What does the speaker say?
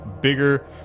bigger